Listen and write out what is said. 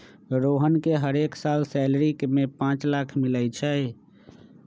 रोहन के हरेक साल सैलरी में पाच लाख मिलई छई